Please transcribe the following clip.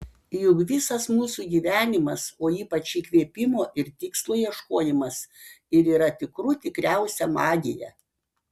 juk visas mūsų gyvenimas o ypač įkvėpimo ir tikslo ieškojimas ir yra tikrų tikriausia magija